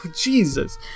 jesus